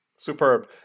Superb